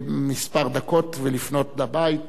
כמה דקות, ולפנות לבית.